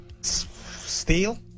Steel